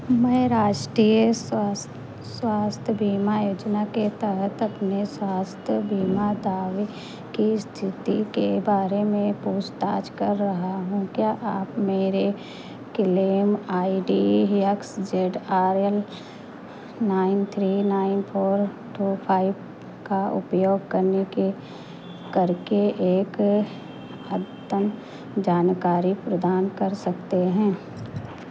मैं राष्ट्रीय स्वास्थ्य स्वास्थ्य बीमा योजना के तहत अपने स्वास्थ्य बीमा दावे की इस्थिति के बारे में पूछताछ कर रहा हूँ क्या आप मेरे claim I D X Z R L nine three nine four two five का उपयोग करने के करके एक अद्यतन जानकारी प्रदान कर सकते हैं